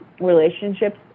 relationships